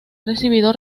recibido